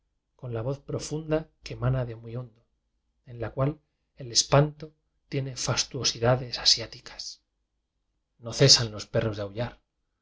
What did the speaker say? con la voz protunda que mana de muy hondo en la cual el espanto tiene fastuosidades asiáticas no cesan los perros de aullar